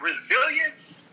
Resilience